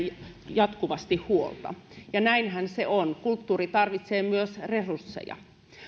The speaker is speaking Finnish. jatkuvasti huolta ja näinhän se on kulttuuri tarvitsee myös resursseja